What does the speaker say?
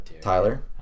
Tyler